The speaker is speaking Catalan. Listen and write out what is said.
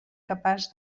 capaç